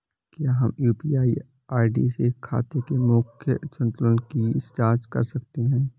क्या हम UPI ID से खाते के मूख्य संतुलन की जाँच कर सकते हैं?